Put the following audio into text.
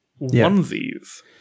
onesies